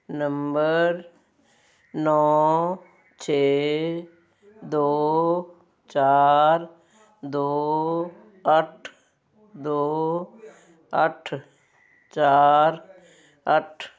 number ਨੌਂ ਛੇ ਦੋ ਚਾਰ ਦੋ ਅੱਠ ਦੋ ਅੱਠ ਚਾਰ ਅੱਠ